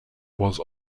was